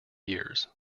years